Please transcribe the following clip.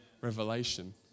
revelation